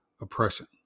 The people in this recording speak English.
oppression